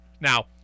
Now